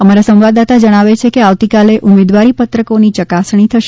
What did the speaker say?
અમારા સંવાદદાતા જણાવે છે કે આવતીકાલે ઉમેદવારી પત્રકોની ચકાસણી થશે